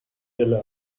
del